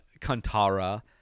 kantara